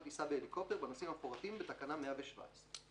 טיסה באווירון בנושאים המפורטים בתקנות 115 ו-188א.